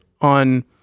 on